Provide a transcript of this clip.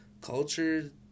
culture